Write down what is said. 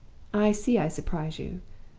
i see i surprise you.